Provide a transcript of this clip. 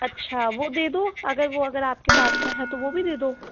अच्छा वो दे दो अगर वो अगर आपके पास में है तो वो भी दे दो